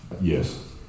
Yes